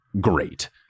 great